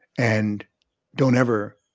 and don't ever,